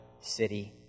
city